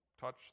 touch